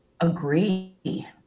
agree